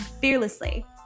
fearlessly